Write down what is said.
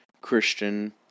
Christian